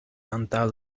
antaŭ